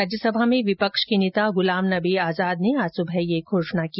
राज्यसभा में विपक्ष के नेता गुलाम नबी आजाद ने आज सुबह ये घोषणा की